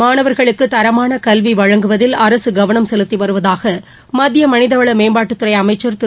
மாணவர்களுக்கு தரமான கல்வி வழங்குவதில் அரசு கவனம் செலுத்தி வருவதாக மத்திய மனிதவள மேம்பாட்டுத்துறை அமைச்சர் திரு